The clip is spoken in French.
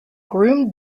groom